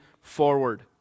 forward